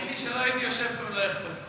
תאמין לי שלא הייתי יושב פה אם לא היה אכפת לי.